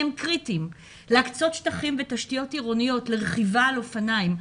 הם קריטיים; להקצות שטחים ותשתיות עירוניות לרכיבה על אופניים,